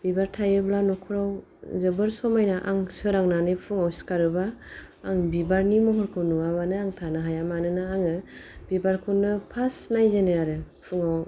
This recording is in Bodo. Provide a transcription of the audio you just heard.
बिबार थायोबा न'खराव जोबोर समायना आं सोरांनानै फुङाव सिखारोबा आं बिबारनि महरखौ नुआबानो आं थानो हाया मानोना आङो बिबारखौनो फार्स्त नायजेनो आरो फुङाव